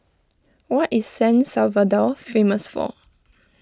what is San Salvador famous for